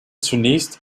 zunächst